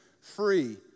free